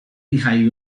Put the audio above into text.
lehigh